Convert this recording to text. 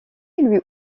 lui